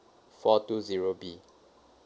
four two zero B